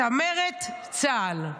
צמרת צה"ל.